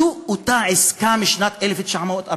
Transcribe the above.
זו אותה עסקה משנת 1948,